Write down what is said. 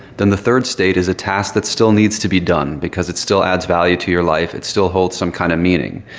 then, the third state is a task that still needs to be done because it still adds value to your life. it still hold some kind of meaning.